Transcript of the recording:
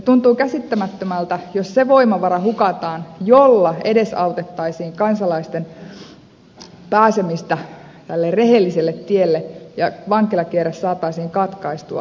tuntuu käsittämättömältä jos se voimavara hukataan jolla edesautettaisiin kansalaisten pääsemistä rehelliselle tielle ja vankilakierre saataisiin katkaistua